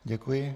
Děkuji.